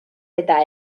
eta